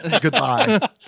Goodbye